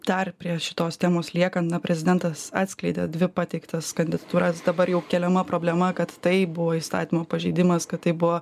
dar prie šitos temos liekam na prezidentas atskleidė dvi pateiktas kandidatūras dabar jau keliama problema kad tai buvo įstatymo pažeidimas kad tai buvo